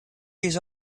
years